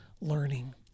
learning